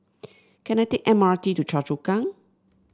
can I take M R T to Choa Chu Kang